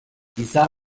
izar